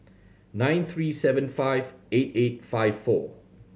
nine three seven five eight eight five four